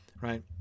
right